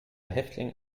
häftling